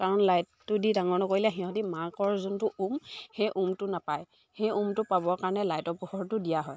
কাৰণ লাইটটো দি ডাঙৰ নকৰিলে সিহঁতে মাকৰ যোনটো উম সেই উমটো নাপায় সেই উমটো পাবৰ কাৰণে লাইটৰ পোহৰটো দিয়া হয়